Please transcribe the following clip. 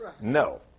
No